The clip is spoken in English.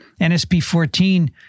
NSP14